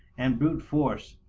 and brute force,